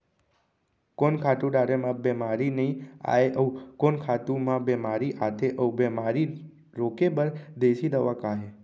कोन खातू डारे म बेमारी नई आये, अऊ कोन खातू म बेमारी आथे अऊ बेमारी रोके बर देसी दवा का हे?